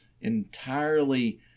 entirely